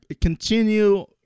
Continue